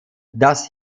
das